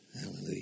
Hallelujah